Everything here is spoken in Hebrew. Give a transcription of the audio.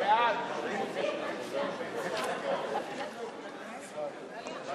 העבודה מרצ להביע אי-אמון בממשלה לא נתקבלה.